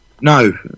No